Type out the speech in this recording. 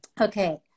Okay